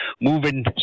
moving